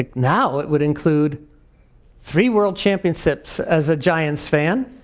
like now it would include three world championships as a giant's fan.